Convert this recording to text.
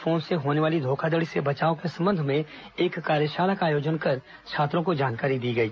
phone से होने वाली धोखाधड़ी से बचाव के संबंध में एक कार्यशाला का आयोजन कर छात्रों को जानकारी दी गई